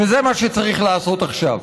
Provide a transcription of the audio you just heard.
וזה מה שצריך לעשות עכשיו.